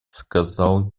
сказал